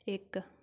ਇੱਕ